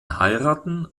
heiraten